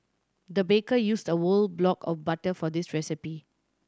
the baker used a whole block of butter for this recipe